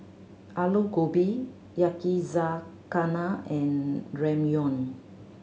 Alu Gobi Yakizakana and Ramyeon